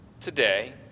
today